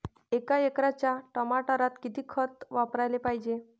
एका एकराच्या टमाटरात किती खत वापराले पायजे?